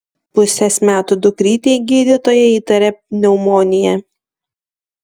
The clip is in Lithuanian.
pusės metų dukrytei gydytoja įtaria pneumoniją